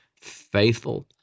faithful